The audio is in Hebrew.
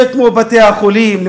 כמו בתי-החולים,